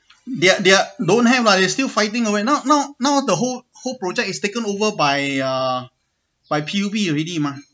their their don't have lah they're still fighting away now now now the whole whole project is taken over by uh by P_U_B already mah